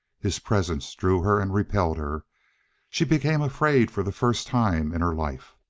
his presence drew her and repelled her she became afraid for the first time in her life.